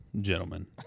gentlemen